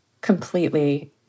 Completely